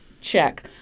Check